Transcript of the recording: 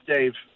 Dave